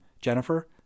Jennifer